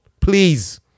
please